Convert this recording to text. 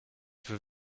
viel